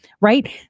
right